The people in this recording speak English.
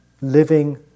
living